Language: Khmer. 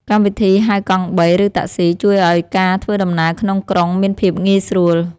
កម្មវិធីហៅកង់បី ឬតាក់ស៊ី ជួយឱ្យការធ្វើដំណើរក្នុងក្រុងមានភាពងាយស្រួល។